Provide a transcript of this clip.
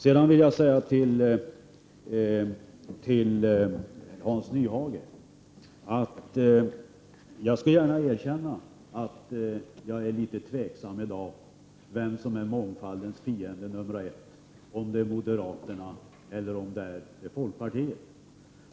Sedan vill jag säga till Hans Nyhage att jag gärna skall erkänna att jag är litet tveksam till vem som i dag är mångfaldens fiende nr 1— om det är moderaterna eller folkpartiet.